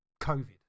covid